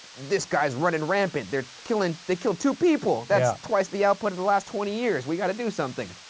this guy's running rampant. they killed and they killed two people. that's twice the output of the last twenty years. we gotta do something.